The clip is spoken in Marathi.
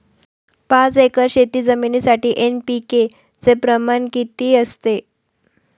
पाच एकर शेतजमिनीसाठी एन.पी.के चे प्रमाण किती असते?